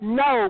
no